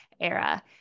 era